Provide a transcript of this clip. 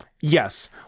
yes